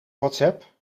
whatsapp